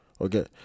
Okay